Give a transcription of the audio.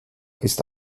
ist